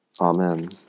Amen